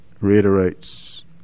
reiterates